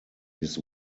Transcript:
his